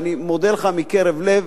אני מודה לך מקרב לב.